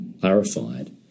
clarified